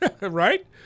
right